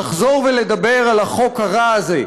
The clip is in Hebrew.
לחזור ולדבר על החוק הרע הזה,